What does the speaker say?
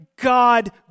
God